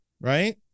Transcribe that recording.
Right